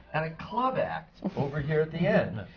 and a club act over here at the end!